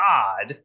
God